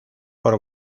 por